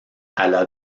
alla